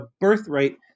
birthright